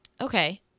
Okay